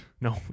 No